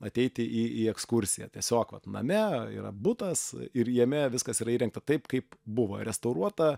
ateiti į į ekskursiją tiesiog vat name yra butas ir jame viskas yra įrengta taip kaip buvo restauruota